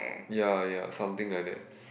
ya ya something like that